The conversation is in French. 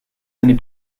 années